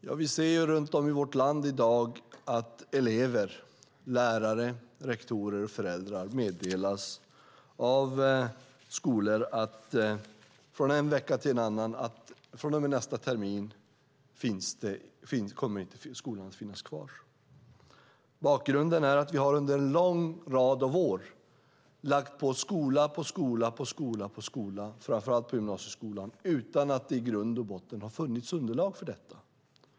Ja, vi ser runt om i vårt land i dag att elever, lärare, rektorer och föräldrar meddelas av skolor, från en vecka till en annan, att skolorna från och med nästa termin inte kommer att finnas kvar. Bakgrunden är att vi under en lång rad av år har lagt till skola, på skola, på skola, framför allt i gymnasieskolan, utan att det i grund och botten har funnits underlag för detta.